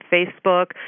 Facebook